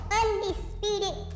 undisputed